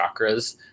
chakras